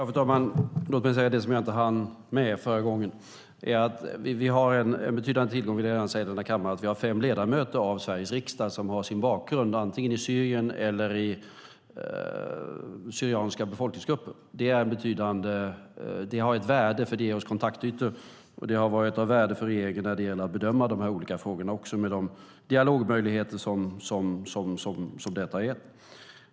Fru talman! Låt mig säga det som jag inte hann med förra gången: Vi har en betydande tillgång i denna kammare i och med att vi har fem ledamöter av Sveriges riksdag som har sin bakgrund antingen i Syrien eller i syrianska befolkningsgrupper. Det har ett värde, för det ger oss kontaktytor och det varit av värde för regeringen när det gäller att bedöma de olika frågorna i och med de dialogmöjligheter som detta ger.